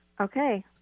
Okay